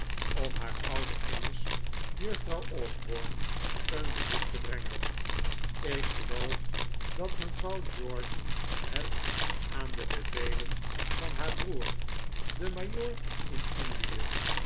om haar oude kennis juffrouw osborne een bezoek te brengen ik geloof dat mevrouw george het aan de bevelen van haar broer den majoor in indie